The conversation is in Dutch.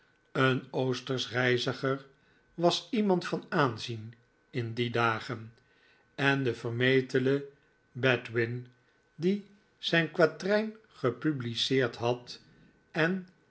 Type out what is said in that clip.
een oostersch reiziger was iemand van aanzien in die dagen en de vermetele bedwin die zijn quartijn gepubliceerd had en